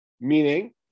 Meaning